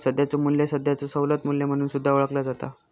सध्याचो मू्ल्य सध्याचो सवलत मू्ल्य म्हणून सुद्धा ओळखला जाता